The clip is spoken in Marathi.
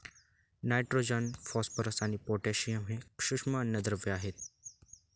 नायट्रोजन, फॉस्फरस आणि पोटॅशियम हे सूक्ष्म अन्नद्रव्ये आहेत